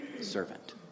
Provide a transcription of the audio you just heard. servant